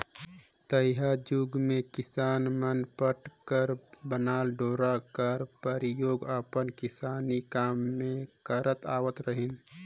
तइहा जुग मे किसान मन पट कर बनल डोरा कर परियोग अपन किसानी काम मे करत आवत रहिन